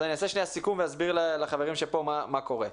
אעשה סיכום ואסביר לחברים שפה מה קורה: